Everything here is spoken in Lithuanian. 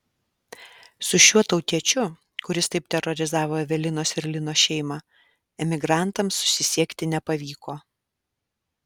su šiuo tautiečiu kuris taip terorizavo evelinos ir lino šeimą emigrantams susisiekti nepavyko